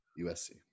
USC